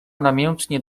namiętnie